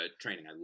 training